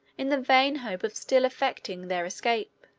in the vain hope of still effecting their escape.